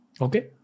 Okay